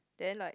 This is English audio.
then like